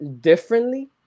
differently